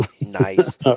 Nice